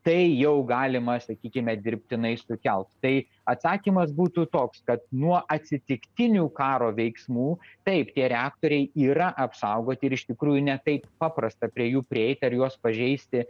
tai jau galima sakykime dirbtinai sukelt tai atsakymas būtų toks kad nuo atsitiktinių karo veiksmų taip tie reaktoriai yra apsaugoti ir iš tikrųjų ne taip paprasta prie jų prieit ar juos pažeisti